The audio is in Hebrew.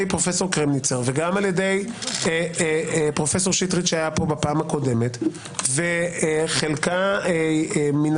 פרופ' קרמניצר וגם על ידי פרופ' שטרית בפעם הקודמת וחלקה מן